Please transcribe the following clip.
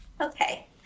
Okay